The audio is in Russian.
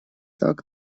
так